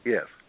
Yes